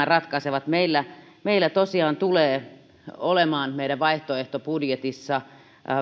ratkaisevat meillä meillä tosiaan tulee olemaan meidän vaihtoehtobudjetissa